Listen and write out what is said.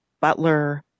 Butler